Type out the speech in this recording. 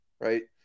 right